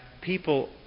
people